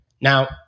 Now